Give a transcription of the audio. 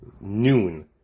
noon